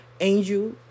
Angel